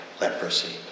leprosy